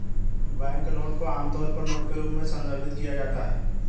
banknote को आमतौर पर नोट के रूप में संदर्भित किया जाता है